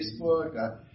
Facebook